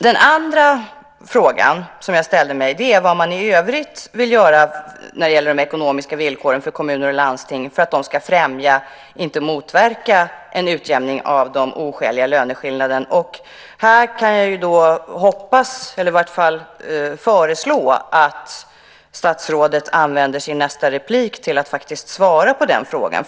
Den andra frågan som jag ställde handlade om vad man i övrigt vill göra när det gäller de ekonomiska villkoren för kommuner och landsting för att de ska främja, inte motverka, en utjämning av de oskäliga löneskillnaderna. Här kan jag hoppas, eller i varje fall föreslå, att statsrådet använder sin nästa replik till att faktiskt svara på den frågan.